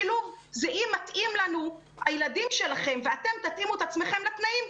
שילוב זה אם מתאימים לנו הילדים שלכם ואתם תתאימו את עצמכם לתנאים,